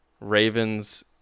Ravens